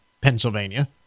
pennsylvania